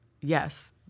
yes